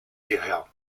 hierher